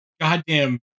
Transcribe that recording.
goddamn